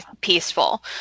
peaceful